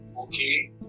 Okay